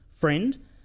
friend